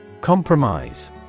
Compromise